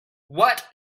what